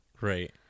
right